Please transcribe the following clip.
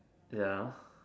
ya